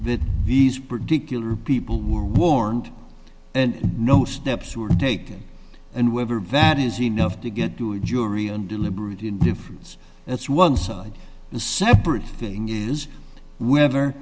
that these particular people were warned and no steps were taken and whether van is enough to get to a jury and deliberate indifference that's one side the separate thing is whether